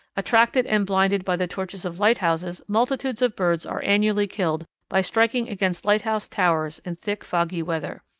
attracted and blinded by the torches of lighthouses, multitudes of birds are annually killed by striking against lighthouse towers in thick, foggy weather.